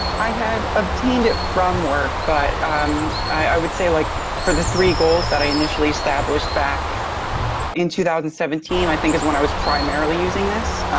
i had obtained it from work, but um i would say like for the three goals that i initially established back in two thousand and seventeen i think is when i was primarily using this.